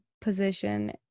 position